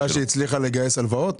בגלל שהיא הצליחה לגייס הלוואות?